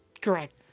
Correct